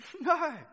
no